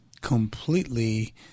completely